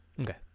Okay